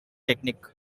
technique